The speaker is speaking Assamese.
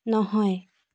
নহয়